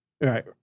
Right